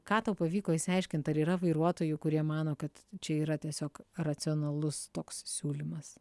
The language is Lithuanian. ką tau pavyko išsiaiškint ar yra vairuotojų kurie mano kad čia yra tiesiog racionalus toks siūlymas